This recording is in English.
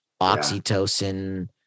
oxytocin